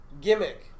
Gimmick